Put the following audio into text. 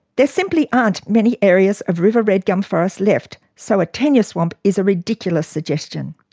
there simply aren't many areas of river red gum forest left, so a tenure swap is a ridiculous suggestion.